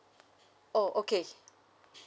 oh okay